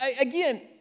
Again